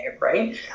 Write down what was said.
right